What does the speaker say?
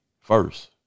first